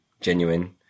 genuine